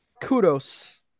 kudos